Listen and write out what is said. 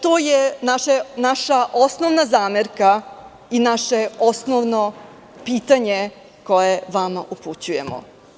To je naša osnovna zamerka i naše osnovno pitanje koje vama upućujemo.